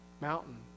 mountain